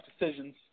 decisions